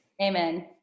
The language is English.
Amen